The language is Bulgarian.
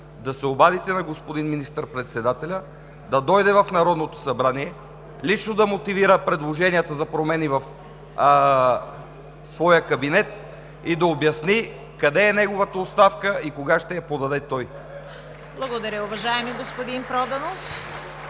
да се обадите на господин министър-председателя да дойде в Народното събрание, лично да мотивира предложенията за промени в своя кабинет, да обясни къде е неговата оставка и кога той ще я подаде. (Ръкопляскания от „БСП за